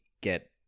get